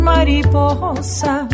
Mariposa